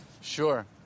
Sure